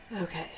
Okay